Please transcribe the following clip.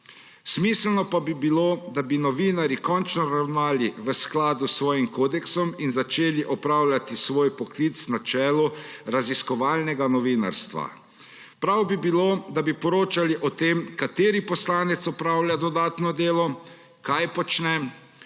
Smiselno pa bi bilo, da bi novinarji končno ravnali v skladu s svojim kodeksom in začeli opravljati svoj poklic raziskovalnega novinarstva. Prav bi bilo, da bi poročali o tem, kateri poslanec opravlja dodatno delo, kaj počne,